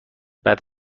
بعد